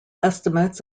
estimates